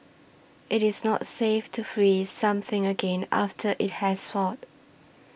it is not safe to freeze something again after it has thawed